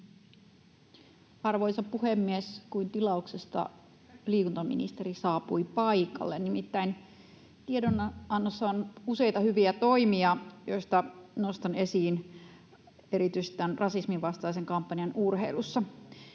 Arvoisa puhemies! Kuin tilauksesta liikuntaministeri saapui paikalle — nimittäin tiedonannossa on useita hyviä toimia, joista nostan esiin erityisesti tämän rasismin vastaisen kampanjan urheilussa.